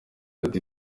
ati